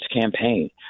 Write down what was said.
campaign